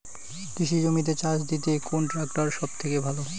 কৃষি জমিতে চাষ দিতে কোন ট্রাক্টর সবথেকে ভালো?